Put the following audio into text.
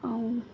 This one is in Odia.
ଆଉ